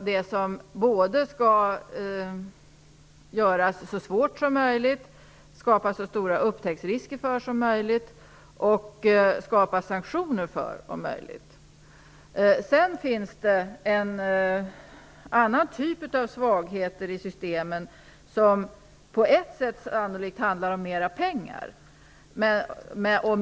Man skall göra det så svårt som möjligt att fuska och skapa så stora upptäcktsrisker som möjligt och om möjligt skapa sanktioner. Sedan finns det en annan typ av svagheter i systemen som på ett sätt sannolikt mera handlar om pengar och